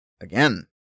Again